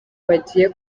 bagiye